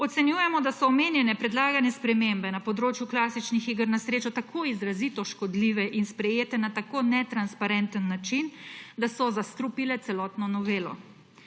Ocenjujemo, da so omenjene predlagane spremembe na področju klasičnih iger na srečo tako izrazito škodljive in sprejete na tako netransparenten način, da so zastrupile celotno novelo.